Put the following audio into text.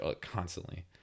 constantly